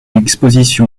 exposition